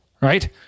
right